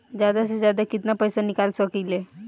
जादा से जादा कितना पैसा निकाल सकईले?